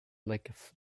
like